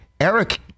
Eric